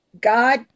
God